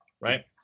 right